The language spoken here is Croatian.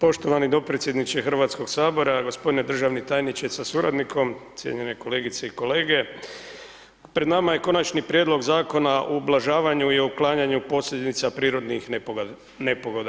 Poštovani dopredsjedničke Hrvatskog sabora, gospodine državni tajničke sa suradnikom, cijenjene kolegice i kolege pred nama je Konači prijedlog Zakona o ublažavanju i uklanjanju posljedica prirodnih nepogoda.